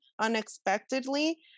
unexpectedly